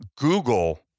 Google